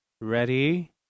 Ready